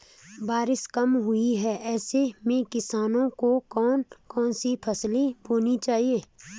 बारिश कम हुई है ऐसे में किसानों को कौन कौन सी फसलें बोनी चाहिए?